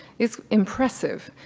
it's impressive.